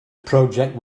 project